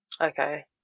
Okay